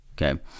Okay